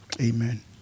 Amen